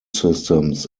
systems